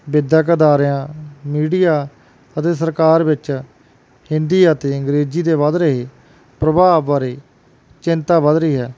ਵਿੱਦਿਅਕ ਅਦਾਰਿਆਂ ਮੀਡੀਆ ਅਤੇ ਸਰਕਾਰ ਵਿੱਚ ਹਿੰਦੀ ਅਤੇ ਅੰਗਰੇਜ਼ੀ ਦੇ ਵੱਧ ਰਹੇ ਪ੍ਰਭਾਵ ਬਾਰੇ ਚਿੰਤਾ ਵਧ ਰਹੀ ਹੈ